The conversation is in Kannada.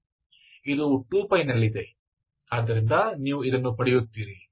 ಇದು 2π ನಲ್ಲಿದೆ ಆದ್ದರಿಂದ ನೀವು ಇದನ್ನು ಪಡೆಯುತ್ತೀರಿ